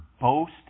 boast